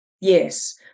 Yes